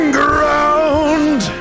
ground